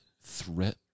Threat